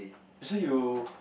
so you